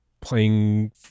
playing